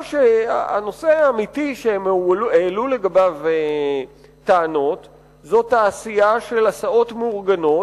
הנושא האמיתי שהם העלו לגביו טענות הוא תעשייה של הסעות מאורגנות